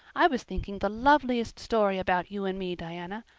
i was thinking the loveliest story about you and me, diana.